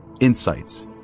insights